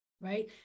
right